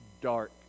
dark